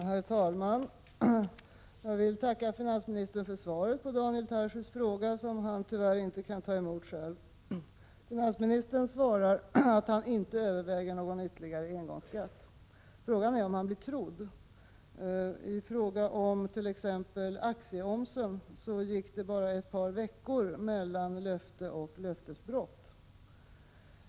Herr talman! Jag vill tacka finansministern för svaret på Daniel Tarschys fråga, som han tyvärr inte kan ta emot själv. Finansministern svarar att han inte överväger någon ytterligare engångsskatt. Frågan är om han blir trodd. I fråga om omsättningsskatten på aktier gick bara en vecka mellan löfte och löftesbrott.